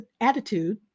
attitude